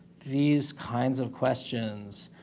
these kinds of questions